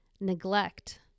neglect